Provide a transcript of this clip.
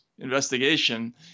Investigation